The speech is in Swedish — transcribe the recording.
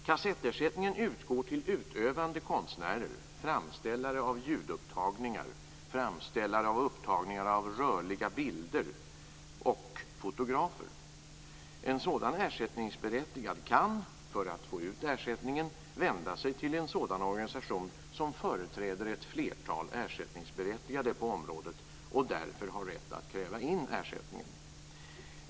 Kassettersättningen utgår till utövande konstnärer, framställare av ljudupptagningar, framställare av upptagningar av rörliga bilder och fotografer. En sådan ersättningsberättigad kan för att få ut ersättningen vända sig till en sådan organisation som företräder ett flertal ersättningsberättigade på området och därför har rätt att kräva in ersättningen.